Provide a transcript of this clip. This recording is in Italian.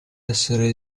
essere